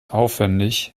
aufwendig